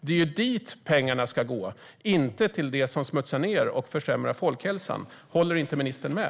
Det är dit pengarna ska gå, inte till det som smutsar ned och försämrar folkhälsan. Håller inte ministern med?